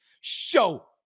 show